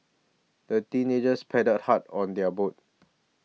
the teenagers paddled hard on their boat